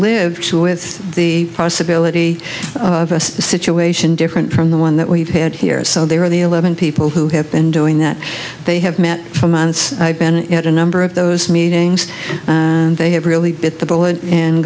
lived with the possibility of a situation different from the one that we've had here so they are the eleven people who have been doing that they have met for months and had a number of those meetings and they have really bit the bullet and